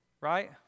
right